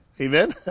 Amen